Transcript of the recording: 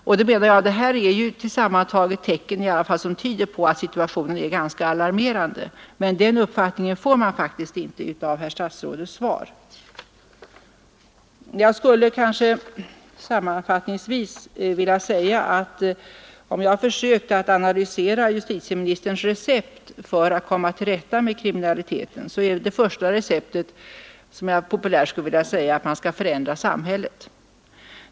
Jag menar att detta sammantaget är tecken som tyder på att situationen är ganska alarmerande. Men den uppfattningen får man faktiskt inte av herr statsrådets svar. Jag skulle sammanfattningsvis vilja säga, att om jag försöker analysera justitieministerns recept för att komma till rätta med kriminaliteten, så är det första receptet populärt sagt att förändra samhället.